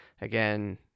Again